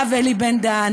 הרב אלי בן-דהן,